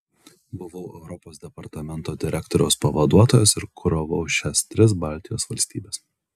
buvau europos departamento direktoriaus pavaduotojas ir kuravau šias tris baltijos valstybes